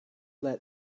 let